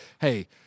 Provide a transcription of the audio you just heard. hey